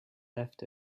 left